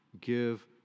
Give